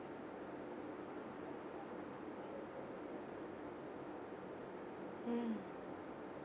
mm